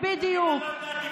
זאת שלא יודעת עברית, בדיוק.